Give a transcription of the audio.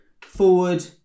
forward